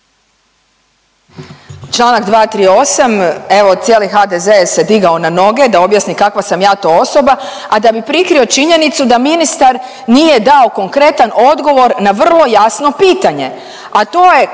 Članak 238. Evo cijeli HDZ se digao na noge da objasni kakva sam ja to osoba, a da bi prikrio činjenicu da ministar nije dao konkretan odgovor na vrlo jasno pitanje,